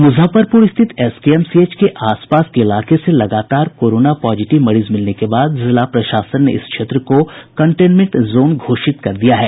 मुजफ्फरपुर स्थित एसकेएमसीएच के आसपास के इलाके से लगातार कोरोना पॉजिटिव मरीज मिलने के बाद जिला प्रशासन ने इस क्षेत्र को कंटेनमेंट जोन घोषित कर दिया है